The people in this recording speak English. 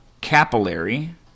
capillary